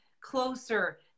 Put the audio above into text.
closer